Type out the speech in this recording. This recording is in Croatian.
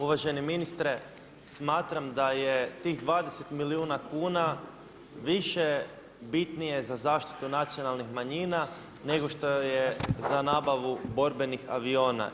Uvaženi ministre, smatram da je tih 20 milijuna kuna više bitnije za zaštitu nacionalnih manjina nego što je za nabavu borbenih aviona.